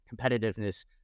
competitiveness